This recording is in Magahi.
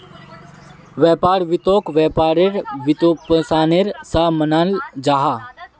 व्यापार वित्तोक व्यापारेर वित्त्पोशानेर सा मानाल जाहा